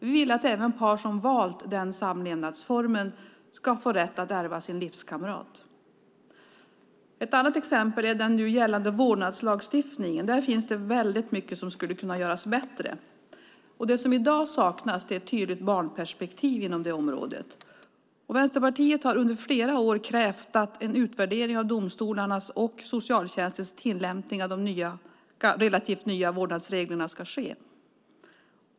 Vi vill att även par som valt den samlevnadsformen ska få rätt att ärva sin livskamrat. Ett annat exempel är den nu gällande vårdnadslagstiftningen. Där finns det mycket som skulle kunna göras bättre. I dag saknas det ett tydligt barnperspektiv inom det området. Vänsterpartiet har under flera år krävt att en utvärdering av domstolarnas och socialtjänstens tillämpning av de relativt nya vårdnadsreglerna ska ske.